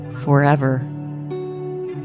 forever